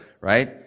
right